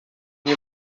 nie